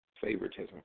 favoritism